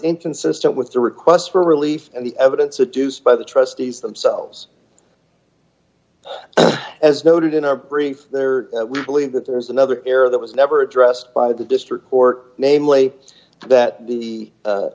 inconsistent with the request for relief and the evidence of juice by the trustees themselves as noted in our brief there we believe that there is another error that was never addressed by the district court namely that the